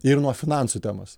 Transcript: ir nuo finansų temos